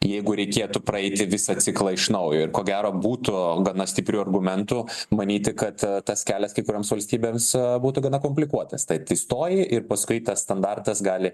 jeigu reikėtų praeiti visą ciklą iš naujo ir ko gero būtų gana stiprių argumentų manyti kad tas kelias kai kurioms valstybėms būtų gana komplikuotas tad įstoji ir paskui tas standartas gali